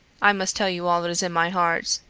i must tell you all that is in my heart.